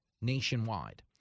nationwide